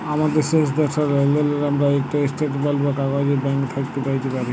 আমাদের শেষ দশটা লেলদেলের আমরা ইকট ইস্ট্যাটমেল্ট বা কাগইজ ব্যাংক থ্যাইকে প্যাইতে পারি